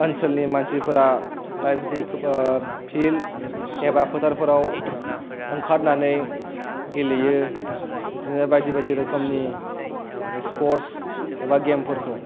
आनसोलनि मानसिफोरा लाइक बिदिनो फिल्द एबा फोथारफोराव ओंखारनानै गेलेयो बिदिनो बायदि बायदि रोखोमनि स्पर्टस एबा गेम फोरखौ